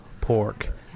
pork